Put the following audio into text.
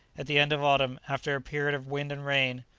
at the end of autumn, after a period of wind and rain,